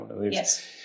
yes